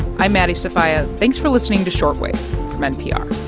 i'm maddie sofia. thanks for listening to short wave from npr